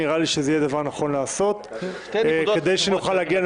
נראה לי שזה יהיה הדבר הנכון לעשות כדי שנוכל להגיע,